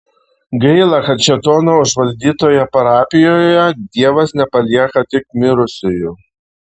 gaila kad šėtono užvaldytoje parapijoje dievas nepalieka tik mirusiųjų